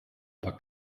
aber